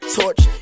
torch